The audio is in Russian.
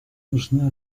нужны